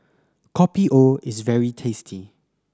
Kopi O is very tasty